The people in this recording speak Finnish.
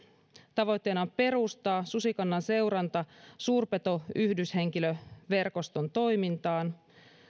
tavoitteena on perustaa susikannan seuranta suurpetoyhdistyshenkilöverkoston toimintaan